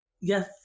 Yes